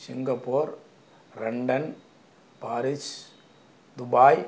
Singapore London Paris Dubai